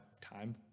time